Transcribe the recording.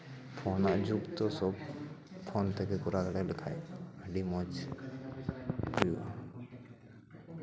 ᱯᱷᱳᱱᱟᱜ ᱡᱩᱜᱽ ᱛᱚ ᱡᱚᱛᱚ ᱯᱷᱳᱱ ᱛᱮᱜᱮ ᱠᱚᱨᱟᱣ ᱫᱟᱲᱮ ᱞᱮᱠᱷᱟᱱ ᱟᱹᱰᱤ ᱢᱚᱡᱽ ᱦᱩᱭᱩᱜᱼᱟ